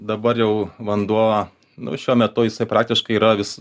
dabar jau vanduo nu šiuo metu jisai praktiškai yra vis